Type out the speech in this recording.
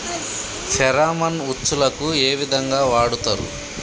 Pheromone ఉచ్చులకు ఏ విధంగా వాడుతరు?